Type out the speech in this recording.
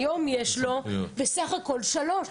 היום יש לו בסך הכול שלוש,